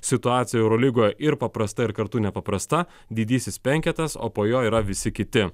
situacija eurolygoje ir paprasta ir kartu nepaprasta didysis penketas o po jo yra visi kiti